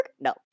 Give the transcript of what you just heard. No